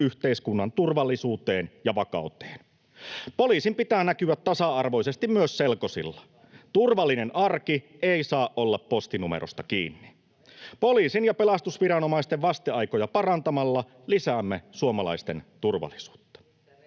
yhteiskunnan turvallisuuteen ja vakauteen. Poliisin pitää näkyä tasa-arvoisesti myös selkosilla. Turvallinen arki ei saa olla postinumerosta kiinni. [Perussuomalaisten ryhmästä: No ei!] Poliisin ja pelastusviranomaisten vasteaikoja parantamalla lisäämme suomalaisten turvallisuutta.